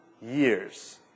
years